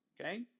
Okay